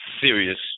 serious